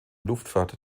luftfahrt